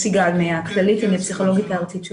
סיגל, הפסיכולוגית הארצית של